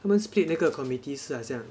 他们 split 那个 committees 是 like 像